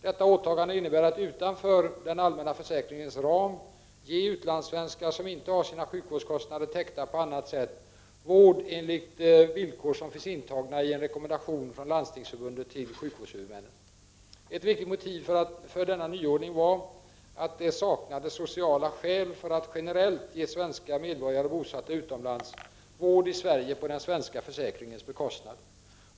Detta åtagande innebär att sjukvårdshuvudmännen utanför den allmänna försäkringens ram ger de utlandssvenskar som inte har sina sjukvårdskostnader täckta på annat sätt vård enligt villkor som finns intagna i en rekommendation i denna fråga från Landstingsförbundet till sjukvårdshuvudmännen. Ett annat viktigt motiv för denna nyordning var att det saknades sociala skäl för att generellt ge svenska medborgare bosatta utomlands vård i Sverige på den svenska försäkringens bekostnad.